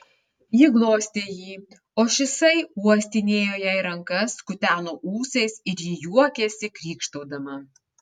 ji glostė jį o šisai uostinėjo jai rankas kuteno ūsais ir ji juokėsi krykštaudama